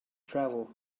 travel